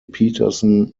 peterson